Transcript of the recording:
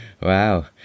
Wow